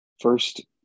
first